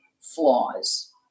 flaws